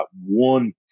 one